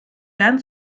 werden